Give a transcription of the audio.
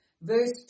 verse